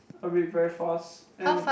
I read very fast and